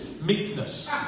Meekness